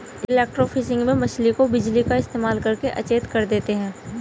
electrofishing में मछली को बिजली का इस्तेमाल करके अचेत कर देते हैं